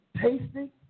tasty